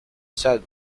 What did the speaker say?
said